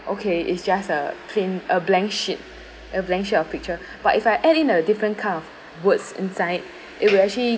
okay is just a plain a blank sheet a blank sheet of picture but if I add in a different kind of words inside it will actually